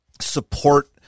support